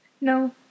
No